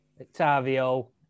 Octavio